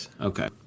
okay